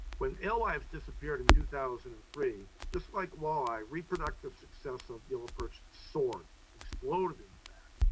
when alewife disappeared in two thousand and three, just like walleye reproductive success of yellow perch soared, exploded, in fact.